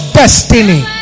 destiny